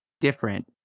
different